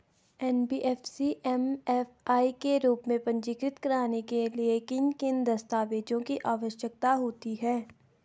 NBFC MFI के रूप में पंजीकृत कराने के लिए किन किन दस्तावेज़ों की आवश्यकता होती है?